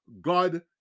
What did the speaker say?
god